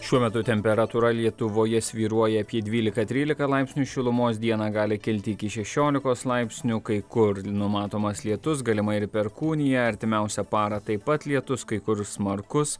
šiuo metu temperatūra lietuvoje svyruoja apie dvylika trylika laipsnių šilumos dieną gali kilti iki šešiolikos laipsnių kai kur numatomas lietus galima ir perkūnija artimiausią parą taip pat lietus kai kur smarkus